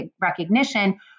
recognition